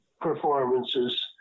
performances